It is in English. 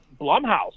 Blumhouse